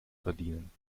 verdienen